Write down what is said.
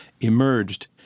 emerged